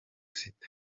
sita